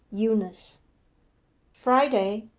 eunice friday,